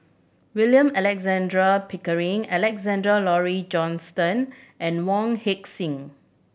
William Alexander Pickering Alexander Laurie Johnston and Wong Heck Sing